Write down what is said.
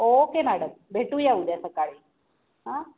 okay madam भेटूया उद्या सकाळी हां